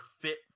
fit